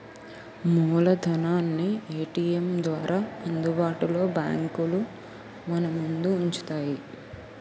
మూలధనాన్ని ఏటీఎం ద్వారా అందుబాటులో బ్యాంకులు మనముందు ఉంచుతాయి